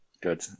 Good